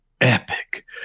epic